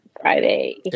Friday